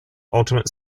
ultimate